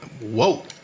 Whoa